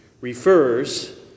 refers